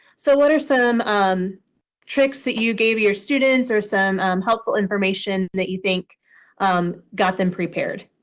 so what are some um tricks that you gave your students or some helpful information that you think got them prepared?